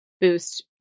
boost